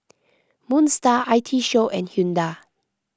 Moon Star I T Show and Hyundai